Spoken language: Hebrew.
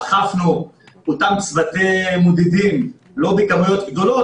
אכפנו את אותם צוותי מודדים לא בכמויות גדולות,